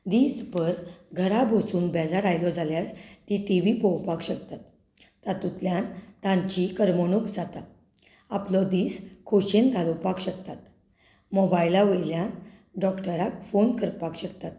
दीस भर घरा बसून बेजार आयलो जाल्यार ती टी व्ही पळोवपाक शकतात तातूंतल्यान तांची कर्मणूक जाता आपलो दीस खोशयेन घालोवपाक शकतात मोबायला वयल्यान डॉकटराक फोन करपाक शकतात